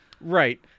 Right